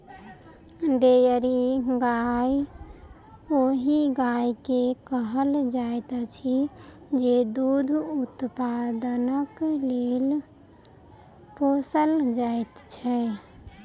dairy गाय ओहि गाय के कहल जाइत अछि जे दूध उत्पादनक लेल पोसल जाइत छै